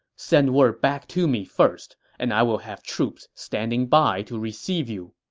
send word back to me first, and i will have troops standing by to receive you.